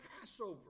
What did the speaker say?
Passover